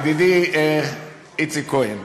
ידידי איציק כהן,